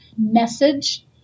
message